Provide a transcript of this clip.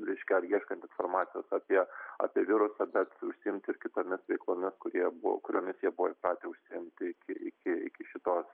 reiškia ar ieškant informacijos apie apie virusą bet užsiimti ir kitomis veiklomis kurie buvo kuriomis jie buvo įpratę užsiimt tai reikėjo iki šitos